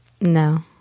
No